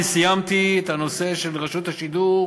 אני סיימתי את הנושא של רשות השידור,